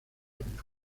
español